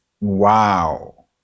Wow